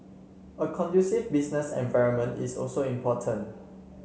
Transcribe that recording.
a conducive business environment is also important